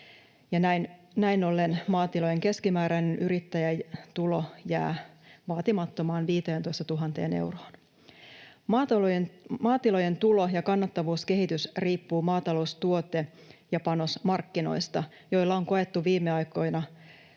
näin ollen maatilojen keskimääräinen yrittäjätulo jää vaatimattomaan 15 000 euroon. Maatilojen tulo- ja kannattavuuskehitys riippuu maataloustuote- ja panosmarkkinoista, joilla on koettu viime aikoina